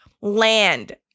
land